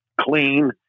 clean